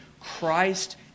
Christ